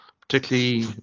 particularly